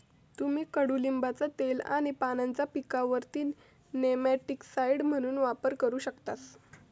तुम्ही कडुलिंबाचा तेल आणि पानांचा पिकांवर नेमॅटिकसाइड म्हणून वापर करू शकतास